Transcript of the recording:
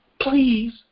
Please